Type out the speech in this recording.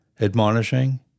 admonishing